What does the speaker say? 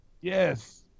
Yes